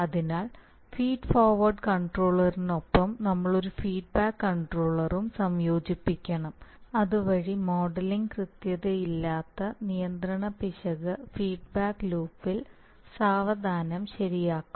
അതിനാൽ feed forward കൺട്രോളറിനൊപ്പം നമ്മൾ ഒരു ഫീഡ്ബാക്ക് കൺട്രോളറും സംയോജിപ്പിക്കണം അതുവഴി മോഡലിംഗ് കൃത്യതയില്ലാത്ത നിയന്ത്രണ പിശക് ഫീഡ്ബാക്ക് ലൂപ്പിൽ സാവധാനം ശരിയാക്കും